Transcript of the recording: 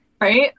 Right